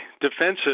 defensive